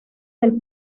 del